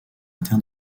terre